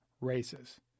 races